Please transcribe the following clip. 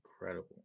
incredible